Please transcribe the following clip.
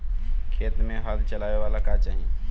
खेत मे हल चलावेला का चाही?